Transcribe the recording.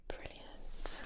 Brilliant